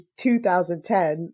2010